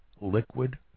liquid